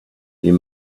you